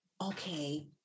okay